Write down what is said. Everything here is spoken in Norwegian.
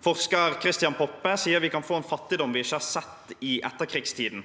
Forsker Christian Poppe sier at vi kan få en fattigdom vi ikke har sett i etterkrigstiden.